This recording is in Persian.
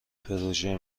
پروژه